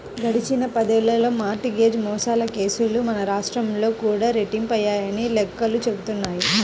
గడిచిన పదేళ్ళలో mortgage మోసాల కేసులు మన రాష్ట్రంలో కూడా రెట్టింపయ్యాయని లెక్కలు చెబుతున్నాయి